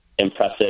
impressive